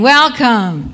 Welcome